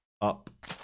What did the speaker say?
up